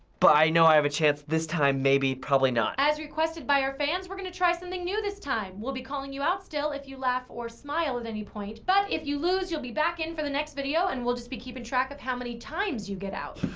but i know i have a chance this time maybe, probably not. as requested by our fans, we're gonna try something new this time. we'll be calling you out still if you laugh or smile at any point, but if you lose, you'll be back in for the next video and we'll just be keeping track of how many times you get out.